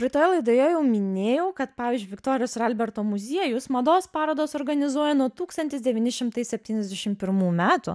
praeitoje laidoje jau minėjau kad pavyzdžiui viktorijos ir alberto muziejus mados parodas organizuoja nuo tūkstantis devyni šimtai septyniasdešim pirmų metų